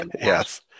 Yes